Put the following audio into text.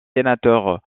sénateur